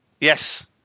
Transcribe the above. Yes